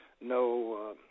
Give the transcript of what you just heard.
no